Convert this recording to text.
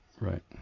Right